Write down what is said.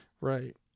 Right